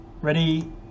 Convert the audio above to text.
Ready